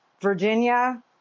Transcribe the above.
Virginia